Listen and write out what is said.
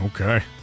Okay